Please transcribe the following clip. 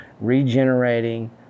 regenerating